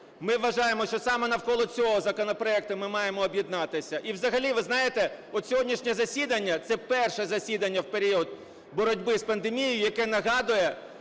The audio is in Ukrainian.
Ми вважаємо, що саме навколо цього законопроекту ми маємо об'єднатися і взагалі, ви знаєте, от сьогоднішнє засідання – це перше засідання в період боротьби з пандемією, яке нагадує